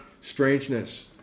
strangeness